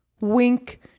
Wink